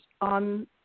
on